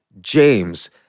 James